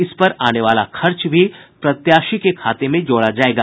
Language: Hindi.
इस पर आने वाला खर्च भी प्रत्याशी के खाते में जोड़ा जायेगा